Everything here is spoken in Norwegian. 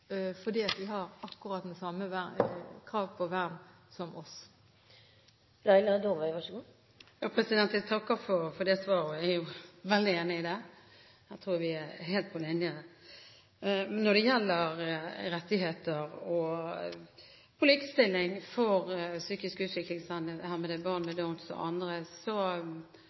har akkurat det samme kravet til vern som vi. Jeg takker for svaret, og jeg er veldig enig i det. Jeg tror vi er helt på linje. Når det gjelder rettigheter og likestilling for psykisk utviklingshemmede barn med Downs og andre,